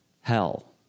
hell